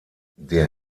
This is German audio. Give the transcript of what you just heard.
der